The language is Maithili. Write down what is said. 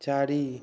चारि